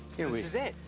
you know is it.